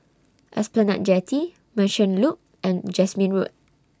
Esplanade Jetty Merchant Loop and Jasmine Road